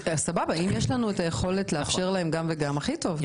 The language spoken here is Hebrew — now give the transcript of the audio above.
אם יש לנו את היכולת לאפשר להם גם וגם, הכי טוב.